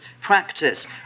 practice